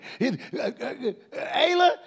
Ayla